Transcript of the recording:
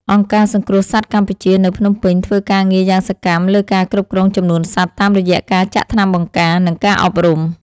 អង្គការសង្គ្រោះសត្វកម្ពុជា នៅភ្នំពេញ ធ្វើការងារយ៉ាងសកម្មលើការគ្រប់គ្រងចំនួនសត្វតាមរយៈការចាក់ថ្នាំបង្ការ និងការអប់រំ។